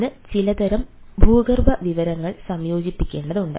ഇതിന് ചിലതരം ഭൂഗർഭ വിവരങ്ങൾ സംയോജിപ്പിക്കേണ്ടതുണ്ട്